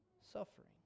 suffering